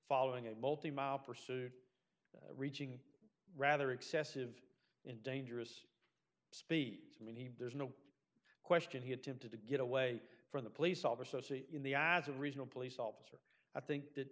following a multi mile pursuit reaching rather excessive in dangerous speed i mean he there's no question he attempted to get away from the police officer in the as a regional police officer i think that